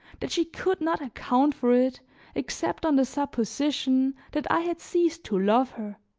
that she could not account for it except on the supposition that i had ceased to love her